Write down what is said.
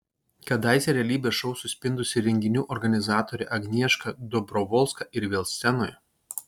kadaise realybės šou suspindusi renginių organizatorė agnieška dobrovolska ir vėl scenoje